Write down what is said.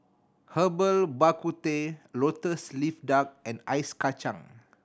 Herbal Bak Ku Teh Lotus Leaf Duck and ice kacang